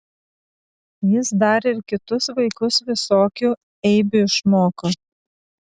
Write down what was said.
jis dar ir kitus vaikus visokių eibių išmoko